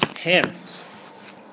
hence